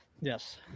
Yes